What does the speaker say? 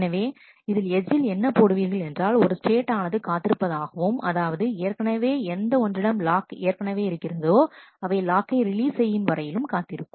எனவே இதில் எட்ஜ்ஜில் என்ன போடுவீர்கள் என்றால் ஒரு ஸ்டேட் ஆனது காத்திருப்பதாகவும் அதாவது ஏற்கனவே எந்த ஒன்றிடம் லாக் ஏற்கனவே இருக்கிறதோ அவை லாக்கை ரிலீஸ் செய்யும் வரையிலும் காத்திருக்கும்